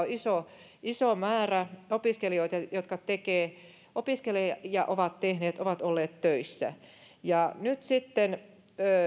on iso iso määrä opiskelijoita jotka opiskelevat ja ovat olleet töissä ja nyt sitten